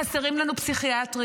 חסרים לנו פסיכיאטרים,